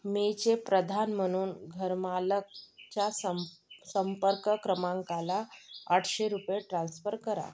मेचे प्रदान म्हनून घरमालकच्या सं संपर्क क्रमांकाला आठशे रुपये ट्रान्स्फर करा